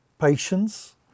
patience